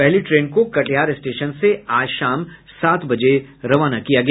पहली ट्रेन को कटिहार स्टेशन से आज शाम सात बजे रवाना किया गया